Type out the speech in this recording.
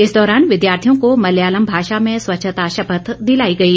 इस दौरान विद्यार्थियों को मलयालम भाषा में स्वच्छता शपथ दिलाई गई